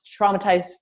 traumatized